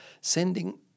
sending